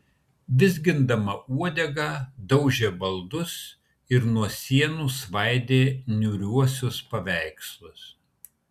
vizgindama uodegą daužė baldus ir nuo sienų svaidė niūriuosius paveikslus